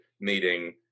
meeting